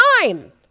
time